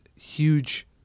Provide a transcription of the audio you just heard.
huge